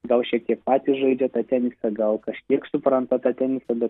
gal šiek tiek patys žaidžia tą tenisą gal kažkiek supranta tą tenisą bet